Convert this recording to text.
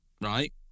right